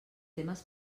temes